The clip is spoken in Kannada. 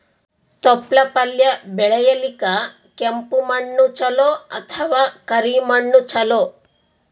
ತೊಪ್ಲಪಲ್ಯ ಬೆಳೆಯಲಿಕ ಕೆಂಪು ಮಣ್ಣು ಚಲೋ ಅಥವ ಕರಿ ಮಣ್ಣು ಚಲೋ?